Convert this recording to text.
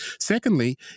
Secondly